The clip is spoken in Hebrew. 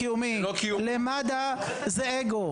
למד"א זה אגו.